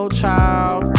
child